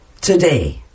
Today